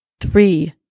three